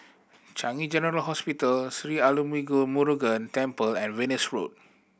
Changi General Hospital Sri Arulmigu Murugan Temple and Venus Road